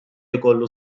jkollu